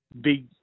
big